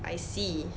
I see